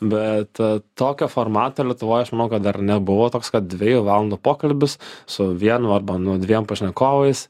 bet tokio formato lietuvoj aš manau kad dar nebuvo toks kad dviejų valandų pokalbis su vienu arba nu dviem pašnekovais